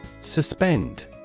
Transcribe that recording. Suspend